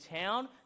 town